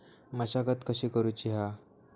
मशागत कशी करूची हा?